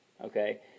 Okay